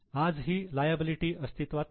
आज ही लायबिलिटी अस्तित्वात नाही